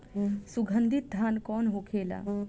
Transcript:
सुगन्धित धान कौन होखेला?